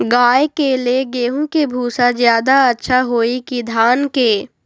गाय के ले गेंहू के भूसा ज्यादा अच्छा होई की धान के?